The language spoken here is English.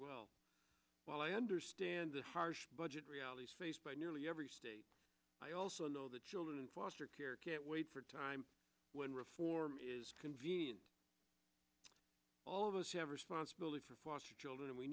well while i understand the harsh budget realities faced by nearly every state i also know the children in foster care can't wait for time when reform is convenient all of us have responsibility for foster children and we